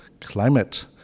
climate